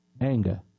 Anger